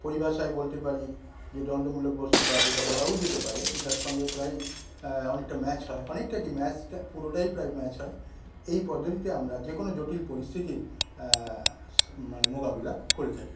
পরিভাষায় বলতে পারি যে দ্বন্দমূলক বস্তু বাদ এটা বলাও যেতে পারে এটার সঙ্গে প্রায়ই অনেকটা ম্যাচ হয় অনেকটা কি ম্যাচটা পুরোটাই প্রায় ম্যাচ হয় এই পদ্ধতিতে আমরা যেকোন জটিল পরিস্থিতির মানে মোকাবিলা করে থাকি